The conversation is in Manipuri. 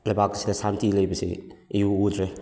ꯂꯩꯕꯥꯛꯁꯤꯗ ꯁꯥꯟꯇꯤ ꯂꯩꯕꯁꯤ ꯏꯎ ꯎꯗ꯭ꯔꯦ